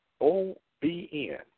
OBN